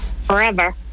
Forever